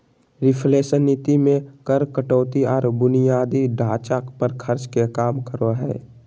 reflation नीति मे कर कटौती आर बुनियादी ढांचा पर खर्च के काम करो हय